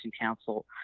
Council